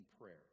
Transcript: prayer